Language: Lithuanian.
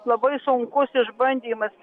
labai sunkus išbandymas